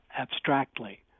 abstractly